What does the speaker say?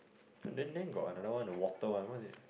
then then got another one the water one what's it